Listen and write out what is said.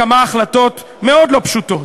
כמה החלטות מאוד לא פשוטות,